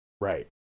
Right